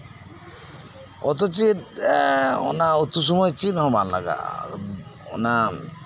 ᱚᱛᱷᱚᱪᱚ ᱚᱱᱟ ᱩᱛ ᱥᱚᱢᱚᱭ ᱪᱮᱫ ᱦᱚᱸ ᱵᱟᱝ ᱞᱟᱜᱟᱜᱼᱟ